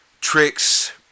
tricks